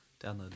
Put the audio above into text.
Download